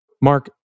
Mark